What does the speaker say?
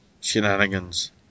Shenanigans